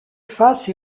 face